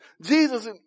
Jesus